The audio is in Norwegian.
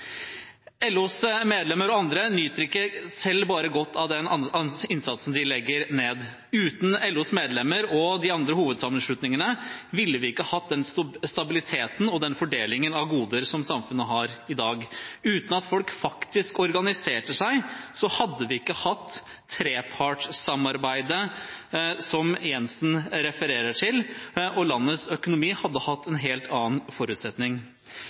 LOs medlemmer og andre nyter ikke bare selv godt av den innsatsen de legger ned, uten LOs medlemmer og de andre hovedsammenslutningene ville vi ikke hatt den stabiliteten og den fordelingen av goder som samfunnet har i dag. Uten at folk faktisk organiserte seg, hadde vi ikke hatt trepartssamarbeidet som Jensen refererer til, og landets økonomi hadde hatt en helt annen forutsetning.